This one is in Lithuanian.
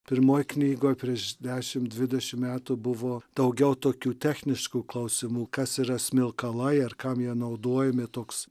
pirmoj knygoj prieš dešim dvidešim metų buvo daugiau tokių techniškų klausimų kas yra smilkalai ar kam jie naudojami toks